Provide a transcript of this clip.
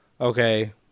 okay